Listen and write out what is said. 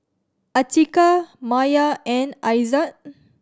Atiqah Maya and Aizat